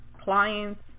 clients